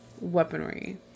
weaponry